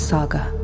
Saga